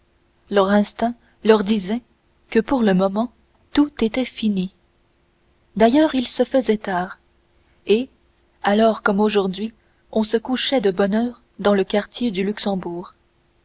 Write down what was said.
leur instinct leur disait que pour le moment tout était fini d'ailleurs il se faisait tard et alors comme aujourd'hui on se couchait de bonne heure dans le quartier du luxembourg